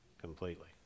completely